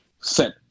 set